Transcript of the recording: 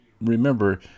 Remember